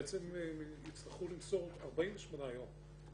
בעצם הם יצטרכו למסור 48 יום,